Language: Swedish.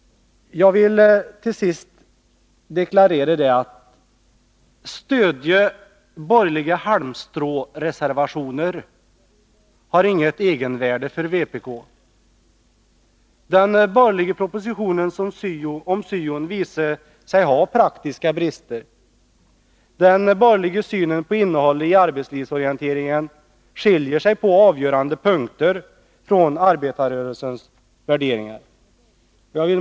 Jag vill till sist deklarera att stöd till de borgerliga halmstråreservationerna inte har något egenvärde för vpk. Den borgerliga propositionen om syo:n visar sig ha praktiska brister. Den borgerliga synen på innehållet i arbetslivsorienteringen skiljer sig på avgörande punkter från arbetarrörelsens värderingar.